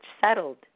settled